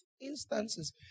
instances